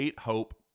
Hope